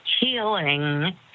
healing